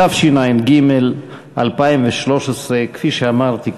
התשע"ג 2013. כפי שאמרתי,